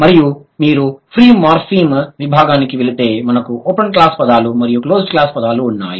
మరియు మీరు free morpheme విభాగానికి వెళితే మనకు ఓపెన్ క్లాస్ పదాలు మరియు క్లోజ్డ్ క్లాస్ పదాలు ఉన్నాయి